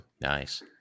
Nice